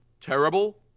terrible